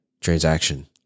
transaction